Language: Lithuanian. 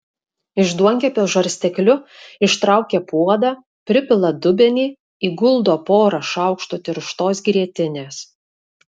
iš duonkepio žarstekliu ištraukia puodą pripila dubenį įguldo porą šaukštų tirštos grietinės